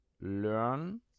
learn